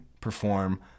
perform